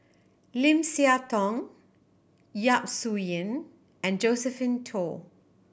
Lim Siah Tong Yap Su Yin and Josephine Teo